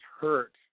hurt